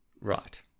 Right